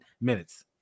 minutes